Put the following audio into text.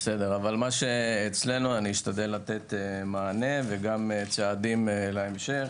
אבל מה שאצלנו אשתדל לתת מענה וגם צעדים להמשך,